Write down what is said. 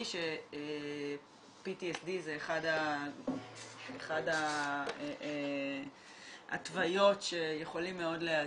ש-PTSD זה אחת ההתוויות שיכולים מאוד להיעזר,